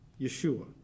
Yeshua